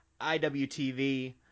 IWTV